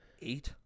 eight